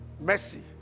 mercy